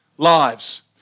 Lives